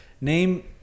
name